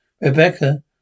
Rebecca